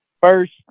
first